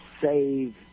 save